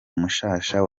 mushasha